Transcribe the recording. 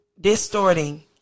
distorting